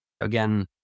Again